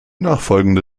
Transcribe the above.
nachfolgende